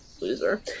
Loser